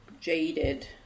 jaded